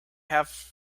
have